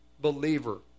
believer